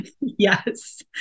Yes